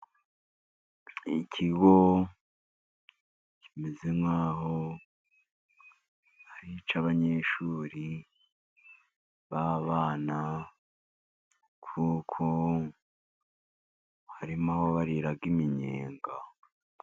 Ikigo kimeze nk'aho ari icy'abanyeshuri b'abana, kuko harimo aho barira iminyega.